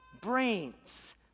brains